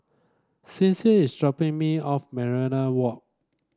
Sincere is dropping me off Minaret Walk